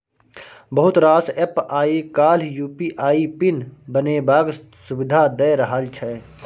बहुत रास एप्प आइ काल्हि यु.पी.आइ पिन बनेबाक सुविधा दए रहल छै